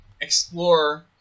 explore